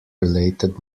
related